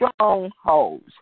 strongholds